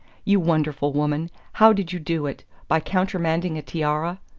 you wonderful woman how did you do it? by countermanding a tiara?